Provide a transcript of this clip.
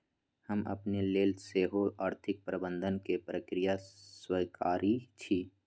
हम अपने लेल सेहो आर्थिक प्रबंधन के प्रक्रिया स्वीकारइ छी